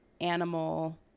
animal